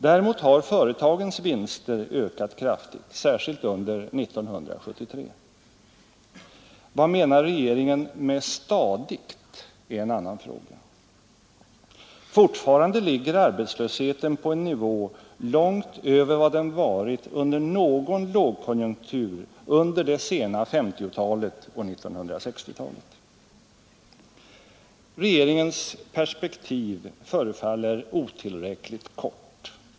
Däremot har företagens vinster ökat kraftigt, särskilt under 1973. Vad regeringen menar med ”stadigt” är en annan fråga. Fortfarande ligger arbetslösheten på en nivå långt över vad den varit i någon lågkonjunktur under det sena 1950-talet och under 1960-talet. Regeringens perspektiv förefaller otillåtligt kort.